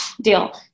deal